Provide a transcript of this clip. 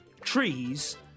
trees